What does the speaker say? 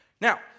Now